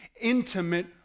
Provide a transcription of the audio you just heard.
intimate